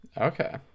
okay